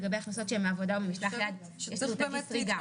לגבי הכנסות שהן מעבודה או ממשלח יד --- צריך להתמקד